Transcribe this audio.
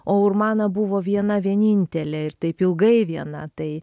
o urmana buvo viena vienintelė ir taip ilgai viena tai